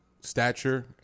stature